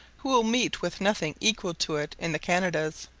who will meet with nothing equal to it in the canadas.